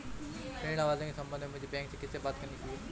ऋण आवेदन के संबंध में मुझे बैंक में किससे बात करनी चाहिए?